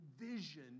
vision